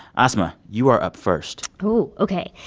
asma, you are up first oh, ok.